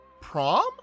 prom